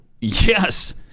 Yes